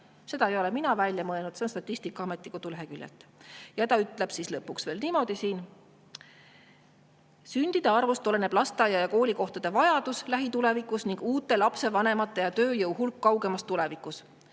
Seda ei ole mina välja mõelnud, see on Statistikaameti koduleheküljelt. Ja lõpuks öeldakse siin veel niimoodi: sündide arvust oleneb lasteaia- ja koolikohtade vajadus lähitulevikus ning uute lapsevanemate ja tööjõu hulk kaugemas tulevikus.